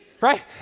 right